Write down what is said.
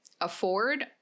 afford